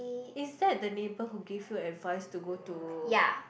is that the neighbour who give you advise to go to